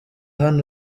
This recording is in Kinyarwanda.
hano